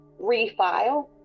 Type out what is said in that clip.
refile